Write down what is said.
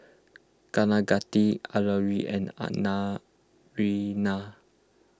Kaneganti Alluri and